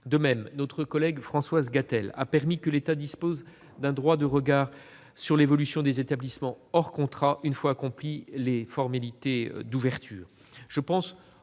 De même, notre collègue Françoise Gatel a permis que l'État dispose d'un droit de regard sur l'évolution des établissements hors contrat, une fois accomplies les formalités d'ouverture.